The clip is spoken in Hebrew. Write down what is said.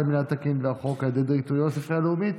המינהל התקין והחוק על ידי דירקטוריון הספרייה הלאומית,